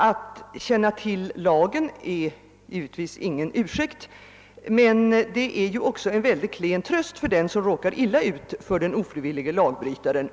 Att inte känna till lagen är givetvis ingen ursäkt, men det är också en klen tröst för den som råkar ut för den ofrivillige lagbrytaren.